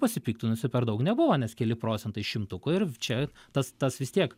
pasipiktinusių per daug nebuvo nes keli procentai šimtukų ir čia tas tas vis tiek